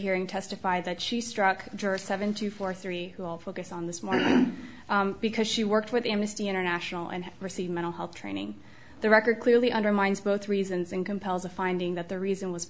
hearing testified that she struck juror seven to four three will focus on this morning because she worked with amnesty international and received mental health training the record clearly undermines both reasons and compels a finding that the reason was